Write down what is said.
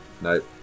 Nope